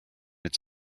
its